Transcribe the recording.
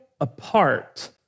apart